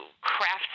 craft